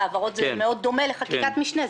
והעברות דומות מאוד לחקיקת משנה,